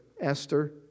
Esther